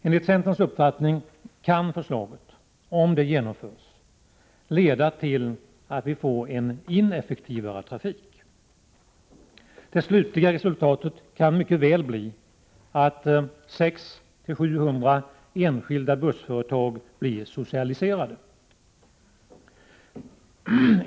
Enligt centerns uppfattning kan förslaget, om det genomförs, leda till att vi får en ineffektivare trafik. Det slutliga resultatet kan mycket väl bli att 600-700 enskilda bussföretag blir socialiserade.